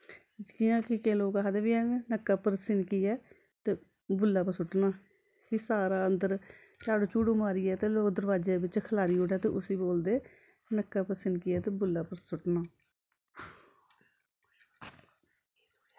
जियां कि केईं लोग आखदे बी हैन नक्कै पर सिनकी ऐ ते गुल्लै पर सुट्टना फ्ही सारा अंदर झाड़ू झूड़ू मारियै ते लोग दरवाजै दै बिच्च खलारी ओड़ै ते उस्सी बोलदे नक्कै पर सिनकी ऐ ते गुल्लै पर सुट्टना